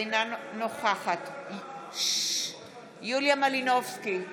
אינה נוכחת יוליה מלינובסקי קונין,